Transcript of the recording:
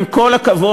עם כל הכבוד,